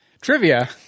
Trivia